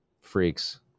Freaks